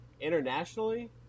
internationally